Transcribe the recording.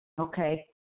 okay